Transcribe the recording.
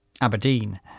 Aberdeen